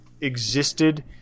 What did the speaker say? existed